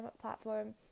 platform